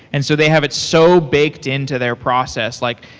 and so they have it so baked into their process, like,